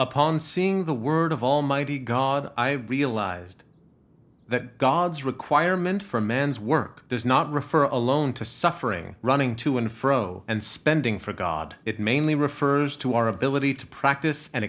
upon seeing the word of almighty god i realized that god's requirement for man's work does not refer alone to suffering running to and fro and spending for god it mainly refers to our ability to practice and